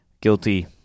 guilty